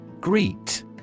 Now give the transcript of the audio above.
Greet